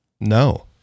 No